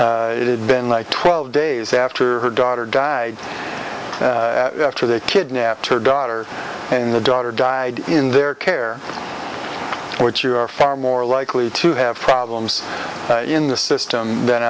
it'd been like twelve days after her daughter died after they kidnapped her daughter and the daughter died in their care which you are far more likely to have problems in the system than